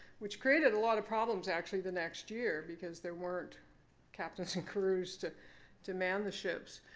which created a lot of problems, actually the next year. because there weren't captains and crews to to man the ships.